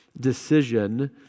decision